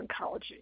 Oncology